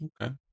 Okay